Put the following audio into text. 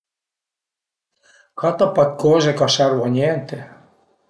Cata pa 'd coze ch'a servu a niente